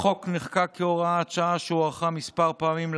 החוק נחקק כהוראת שעה והיא הוארכה כמה פעמים,